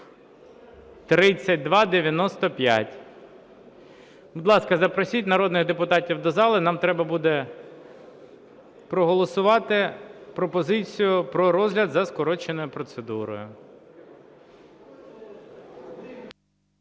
3295). Будь ласка, запросіть народних депутатів до зали. Нам треба буде проголосувати пропозицію про розгляд за скороченою процедурою.